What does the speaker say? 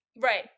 Right